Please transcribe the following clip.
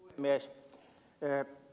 tuossa ed